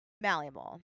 malleable